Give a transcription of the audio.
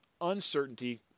uncertainty